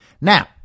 Now